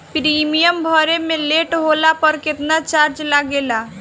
Premium भरे मे late होला पर केतना चार्ज लागेला?